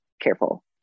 careful